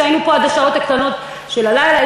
היינו פה עד השעות הקטנות של הלילה.